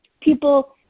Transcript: people